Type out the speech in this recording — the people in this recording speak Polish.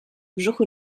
brzuchu